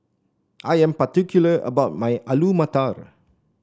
I am particular about my Alu Matar